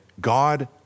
God